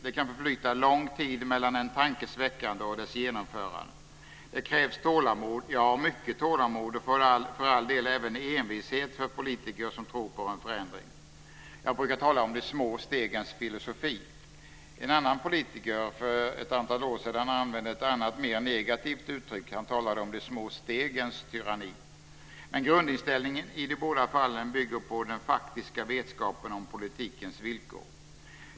Det kan förflyta lång tid mellan en tankes väckande och dess genomförande. Det krävs tålamod, ja, mycket tålamod och för all del även envishet, för politiker som tror på en förändring. Jag brukar tala om de små stegens filosofi. En annan politiker för ett antal år sedan använde ett annat mer negativt uttryck - han talade om de små stegens tyranni. Men grundinställningen i båda fallen bygger på den faktiska vetskapen om politikens villkor.